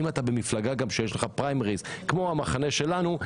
במפלגה שיש לך פריימריז כמו במחנה שלנו,